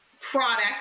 product